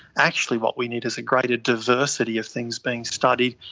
actually what we need is a greater diversity of things being studied,